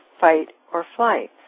fight-or-flight